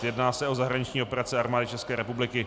Jedná se o zahraniční operace Armády České republiky.